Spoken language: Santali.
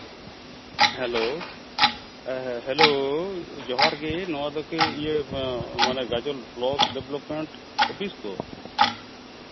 ᱦᱮᱞᱳ ᱦᱮᱞᱳ ᱡᱚᱦᱟᱨ ᱜᱮ ᱱᱚᱣᱟ ᱫᱚ ᱠᱤ ᱤᱭᱟᱹ ᱜᱟᱡᱚᱞ ᱵᱞᱚᱠ ᱰᱮᱵᱷᱞᱚᱯᱢᱮᱱᱴ ᱚᱯᱷᱤᱥ ᱛᱚ